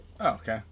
okay